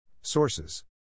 Sources